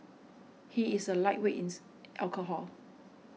he is a lightweight ins alcohol